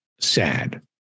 sad